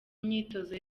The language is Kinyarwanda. myitozo